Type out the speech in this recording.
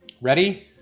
Ready